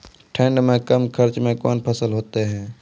ठंड मे कम खर्च मे कौन फसल होते हैं?